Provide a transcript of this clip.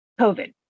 COVID